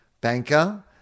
banker